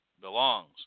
belongs